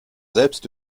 selbst